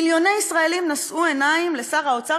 מיליוני ישראלים נשאו עיניים לשר האוצר